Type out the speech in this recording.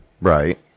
Right